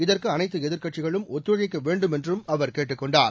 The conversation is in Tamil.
இதற்கு அனைத்து எதிர்க்கட்சிகளும் ஒத்துழைக்க வேண்டும் என்றும் அவர் கேட்டுக் கொண்டார்